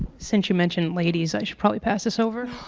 since you mention ladies i should probably pass this over.